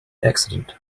accident